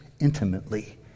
intimately